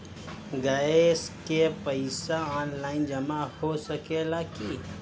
Gas के पइसा online जमा हो सकेला की?